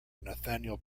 nathaniel